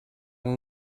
will